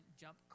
jump